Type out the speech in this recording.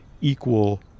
equal